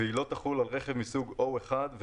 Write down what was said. --- והיא לא תחול על רכב מסוג 1O